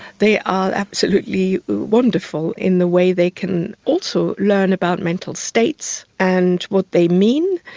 they are absolutely wonderful in the way they can also learn about mental states and what they mean.